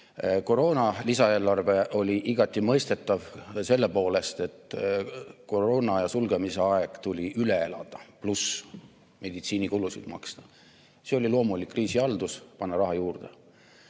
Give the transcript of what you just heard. Koroonaaja lisaeelarve oli igati mõistetav selle poolest, et koroona ja sulgemise aeg tuli üle elada, lisaks tuli meditsiinikulusid maksta. See oli loomulik kriisihaldus, panna raha juurde.